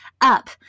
up